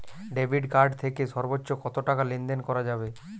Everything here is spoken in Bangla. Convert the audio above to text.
ডেবিট কার্ড থেকে সর্বোচ্চ কত টাকা লেনদেন করা যাবে?